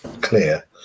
clear